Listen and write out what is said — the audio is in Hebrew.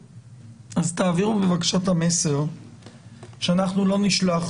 תעבירו בבקשה את המסר שאנחנו לא נשלח